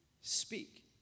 speak